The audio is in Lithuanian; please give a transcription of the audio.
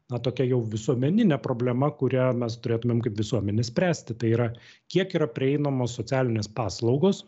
na tokia jau visuomenine problema kurią mes turėtumėm kaip visuomenė spręsti tai yra kiek yra prieinamos socialinės paslaugos